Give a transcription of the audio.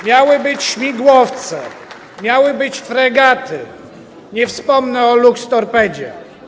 Miały być śmigłowce, miały być fregaty, nie wspomnę o lukstorpedzie.